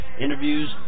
interviews